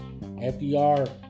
FDR